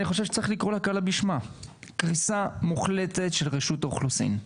אני חושב שצריך לקרוא לכלה בשמה: קריסה מוחלטת של רשות האוכלוסין.